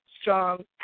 strong